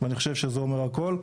ואני חושב שזה אומר הכל.